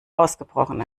ausgebrochen